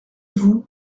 vous